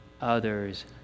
others